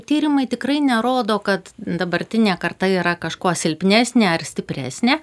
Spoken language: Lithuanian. tyrimai tikrai nerodo kad dabartinė karta yra kažkuo silpnesnė ar stipresnė